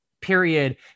period